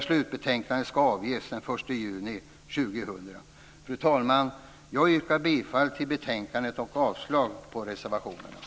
Slutbetänkandet ska avges senast den 1 juni 2000. Fru talman! Jag yrkar bifall till hemställan i betänkandet och avslag på reservationerna.